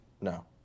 no